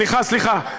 סליחה,